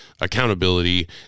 Accountability